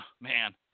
Man